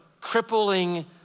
crippling